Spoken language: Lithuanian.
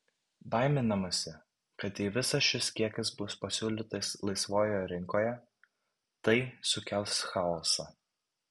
baiminamasi kad jei visas šis kiekis bus pasiūlytas laisvoje rinkoje tai sukels chaosą